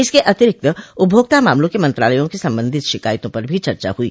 इसके अतिरिक्त उपभोक्ता मामलों के मंत्रालयों के संबंधित शिकायतों पर भी चर्चा हुई